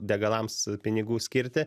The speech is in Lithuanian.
degalams pinigų skirti